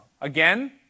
Again